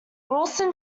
wilson